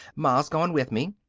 ma's going with me.